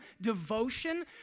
devotion